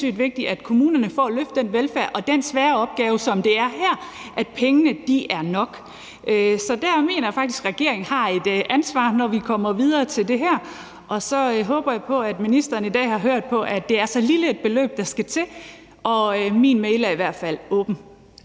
penge til at løfte den velfærd og den svære opgave, som det her er. Så der mener jeg faktisk, at regeringen har et ansvar, når vi kommer videre til det her, og så håber jeg på, at ministeren i dag har hørt, at det er så lille et beløb, der skal til, og at min mail i hvert fald er åben.